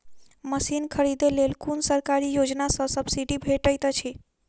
Machine खरीदे लेल कुन सरकारी योजना सऽ सब्सिडी भेटैत अछि?